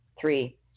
Three